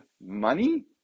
money